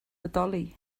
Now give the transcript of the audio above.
bodoli